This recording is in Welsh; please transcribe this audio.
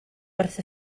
wrth